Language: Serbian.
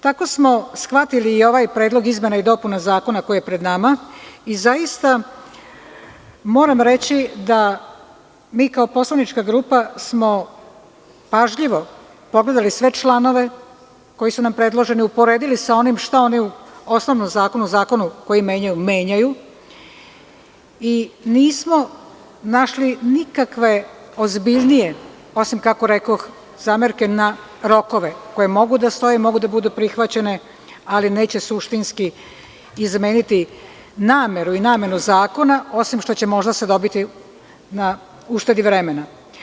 Tako smo shvatili i ovaj Predlog izmena i dopuna zakona koji je pred nama i zaista moram reći da mi kao poslanička grupa smo pažljivo pogledali sve članove koji su nam predloženi, uporedili sa onim šta oni u osnovnom zakonu, u zakonu koji menjaju menjaju i nismo našli nikakve ozbiljnije, osim, kako rekoh, zamerke na rokove koje mogu da stoje, mogu da budu prihvaćene, ali neće suštinski izmeniti nameru i namenu zakona, osim što će se možda dobiti na uštedi vremena.